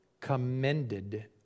commended